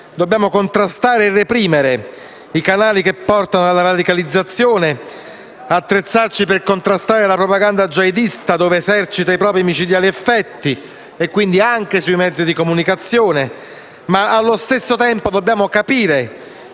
Dobbiamo contrastare e reprimere i canali che portano alla radicalizzazione e attrezzarci per contrastare la propaganda jihadista laddove essa esercita i propri micidiali effetti (quindi, anche sui mezzi di comunicazione), ma - allo stesso tempo - dobbiamo capire